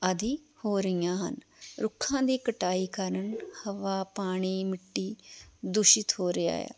ਆਦਿ ਹੋ ਰਹੀਆਂ ਹਨ ਰੁੱਖਾਂ ਦੀ ਕਟਾਈ ਕਾਰਨ ਹਵਾ ਪਾਣੀ ਮਿੱਟੀ ਦੂਸ਼ਿਤ ਹੋ ਰਿਹਾ ਹੈ